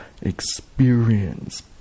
experience